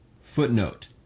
Footnote